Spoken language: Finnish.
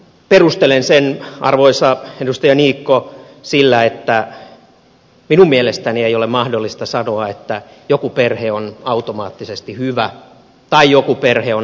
perustelen sen arvoisa edustaja niikko sillä että minun mielestäni ei ole mahdollista sanoa että joku perhe on automaattisesti hyvä tai joku perhe automaattisesti huono